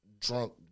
drunk